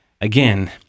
again